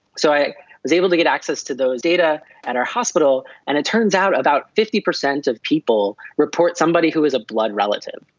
so i was able to get access to those data at our hospital, and it turns out about fifty percent of people report somebody who is a blood relative.